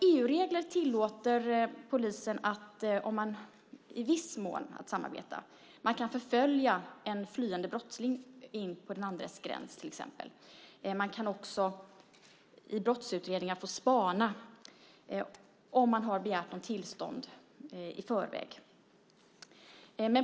EU-regler tillåter polisen i viss mån att samarbeta. Man kan förfölja en flyende brottsling in på den andres gräns till exempel. Man kan också i brottsutredningar få spana om man har begärt tillstånd i förväg.